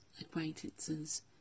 acquaintances